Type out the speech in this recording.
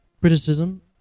criticism